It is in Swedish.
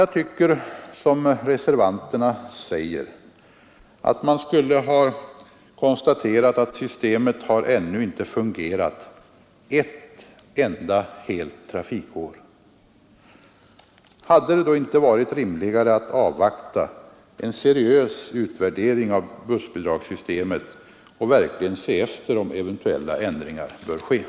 Jag tycker, som reservanterna säger, att man skulle ha konstaterat att systemet ännu inte har fungerat ett enda helt trafikår. Hade det då inte varit rimligare att avvakta en seriös utvärdering av bussbidragssystemet och se efter om eventuella ändringar bör göras?